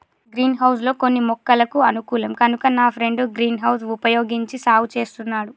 green house లో కొన్ని మొక్కలకు అనుకూలం కనుక నా ఫ్రెండు గ్రీన్ హౌస్ వుపయోగించి సాగు చేస్తున్నాడు